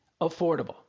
affordable